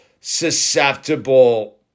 susceptible